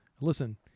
listen